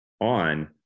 on